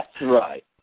right